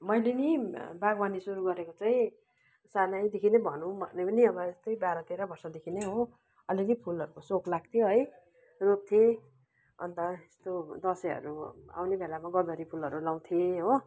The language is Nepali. मैले नि बागवानी सुरू गरेको चाहिँ सानैदेखि नै भनौँ भने पनि अब यस्तै बाह्र तेह्र वर्षदेखि नै हो अलिअलि फुलहरूको सोख लाग्थ्यो है रोप्थेँ अन्त यस्तो दसैँहरू आउने बेलामा गदवरी फुलहरू लाउँथेँ हो